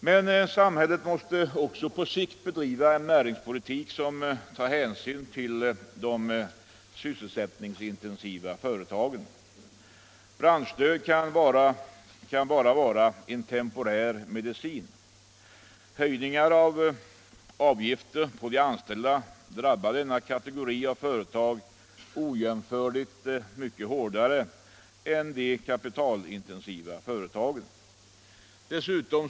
Men samhället måste också på sikt bedriva en näringspolitik som tar hänsyn till de sysselsättningsintensiva företagen. Branschstöd kan bara vara en temporär medicin. Höjningar av avgifter för de anställda drabbar denna kategori av företag ojämförligt mycket hårdare än de kapitalintensiva företagen.